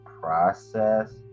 process